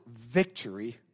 victory